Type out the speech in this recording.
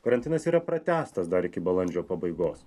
karantinas yra pratęstas dar iki balandžio pabaigos